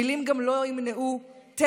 מילים גם לא ימנעו טבח